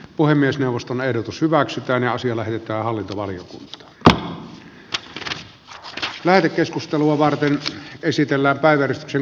puhemiesneuvoston ehdotus hyväksytään ja siellä hyppää hallintomalli taa lähetekeskustelua varten esitellä aktiivisesti käytetään